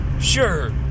Sure